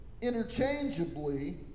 interchangeably